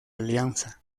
alianza